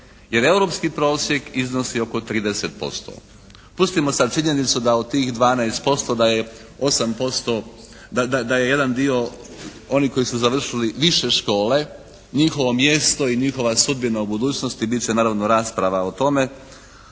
Jer europski prosjek iznosi oko 30%. Pustimo sad činjenicu da u tih 12% da je 8%, da je jedan dio onih koji su završili više škole, njihovo mjesto i njihova sudbina u budućnosti bit će naravno rasprava o tome.